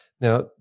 Now